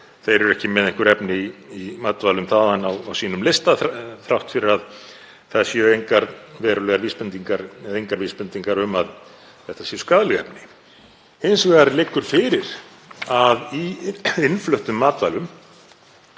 þau eru ekki með einhver efni í matvælum þaðan á sínum lista þrátt fyrir að það séu engar verulegar vísbendingar, eða engar vísbendingar, um að það séu skaðleg efni. Hins vegar liggur fyrir að í innfluttum matvælum